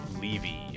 Levy